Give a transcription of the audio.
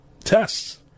tests